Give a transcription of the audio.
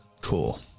Cool